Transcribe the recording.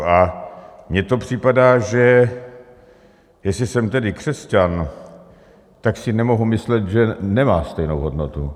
A mně to připadá, že jestli jsem tedy křesťan, tak si nemohu myslet, že nemá stejnou hodnotu.